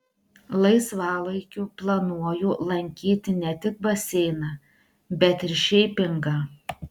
laisvalaikiu planuoju lankyti ne tik baseiną bet ir šeipingą